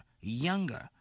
younger